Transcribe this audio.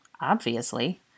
Obviously